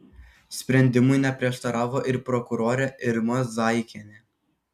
sprendimui neprieštaravo ir prokurorė irma zaikienė